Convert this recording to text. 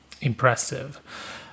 impressive